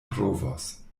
trovos